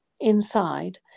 inside